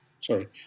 sorry